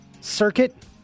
Circuit